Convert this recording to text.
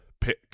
pick